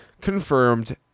confirmed